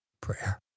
prayer